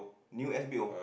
new S_B_O